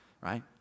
right